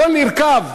הכול נרקב.